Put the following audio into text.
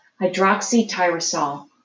hydroxytyrosol